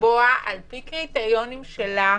לקבוע על פי קריטריונים שלה,